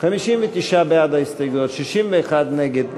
59 בעד ההסתייגויות, 61 נגד.